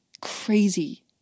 Crazy